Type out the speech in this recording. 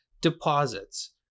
Deposits